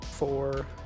four